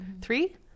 Three